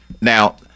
Now